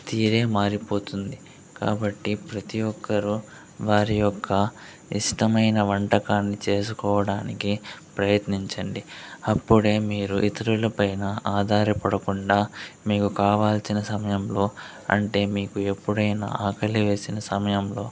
తీరే మారిపోతుంది కాబట్టి ప్రతి ఒక్కరూ వారి యొక్క ఇష్టమైన వంటకాన్ని చేసుకోవడానికి ప్రయత్నించండి అప్పుడే మీరు ఇతరుల పైన ఆధారపడకుండా మీకు కావాల్సిన సమయంలో అంటే మీకు ఎప్పుడైన ఆకలి వేసిన సమయంలో